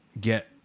get